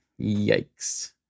Yikes